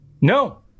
No